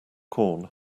corn